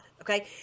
Okay